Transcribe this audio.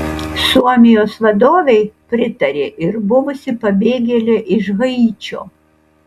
suomijos vadovei pritarė ir buvusi pabėgėlė iš haičio